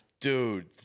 Dude